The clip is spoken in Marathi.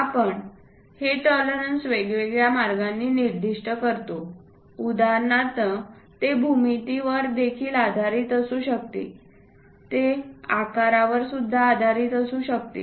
आपण हे टॉलरन्स वेगवेगळ्या मार्गांनी निर्दिष्ट करतो उदाहरणार्थ ते भूमितीवर देखील आधारित असू शकते ते आकारावर सुद्धा आधारित असू शकते